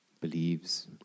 believes